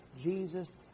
Jesus